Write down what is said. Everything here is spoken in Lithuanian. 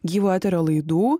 gyvo eterio laidų